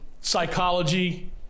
psychology